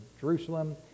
Jerusalem